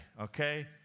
okay